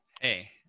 hey